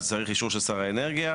צריך אישור של שר האנרגיה,